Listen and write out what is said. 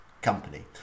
Company